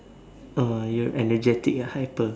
oh you're energetic ah hyper